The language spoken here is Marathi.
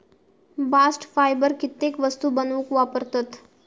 बास्ट फायबर कित्येक वस्तू बनवूक वापरतत